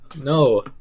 no